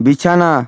বিছানা